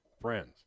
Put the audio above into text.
friends